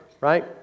right